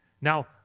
Now